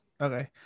Okay